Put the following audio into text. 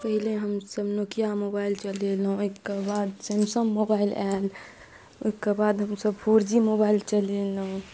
पहिले हमसब Nokia mobile चलेलहुॅं ओहिके बाद सैमसंग मोबाइल आयल ओहिके बाद हमसब फोर जी मोबाइल चलेलौं